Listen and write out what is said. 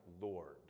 Lord